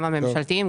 גם הממשלתיים,